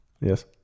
Yes